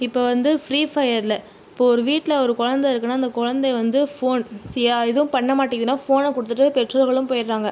இப்போது வந்து ஃபிரீப்பையரில் இப்போது ஒரு வீட்டில் ஒரு குழந்தை இருக்குன்னால் அந்த குழந்தை வந்து ஃபோன் எதுவும் பண்ணமாட்டுதுனால் ஃபோனை கொடுத்துட்டு பெற்றோர்களும் போயிடுறாங்க